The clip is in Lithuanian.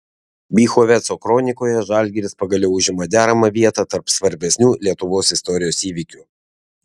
bychoveco kronikoje žalgiris pagaliau užima deramą vietą tarp svarbesnių lietuvos istorijos įvykių